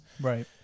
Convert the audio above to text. Right